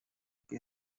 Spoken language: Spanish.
que